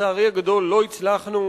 לצערי הגדול, לא הצלחנו